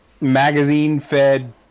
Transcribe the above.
magazine-fed